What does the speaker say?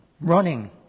running